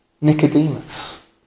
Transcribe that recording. Nicodemus